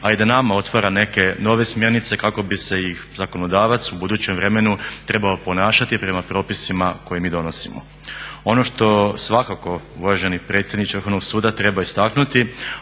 a i da nama otvara neke nove smjernice kako bi se i zakonodavac u budućem vremenu trebao ponašati prema propisima koje mi donosimo. Ono što svakako uvaženi predsjedniče Vrhovnog suda treba istaknuti,